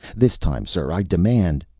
this time, sir, i demand.